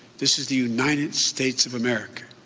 this is the united states of america.